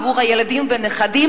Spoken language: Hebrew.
עבור הילדים והנכדים.